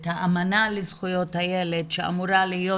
את האמנה לזכויות הילד שאמורה להיות